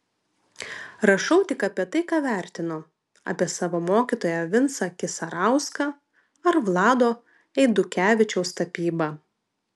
rašau tik apie tai ką vertinu apie savo mokytoją vincą kisarauską ar vlado eidukevičiaus tapybą